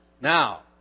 Now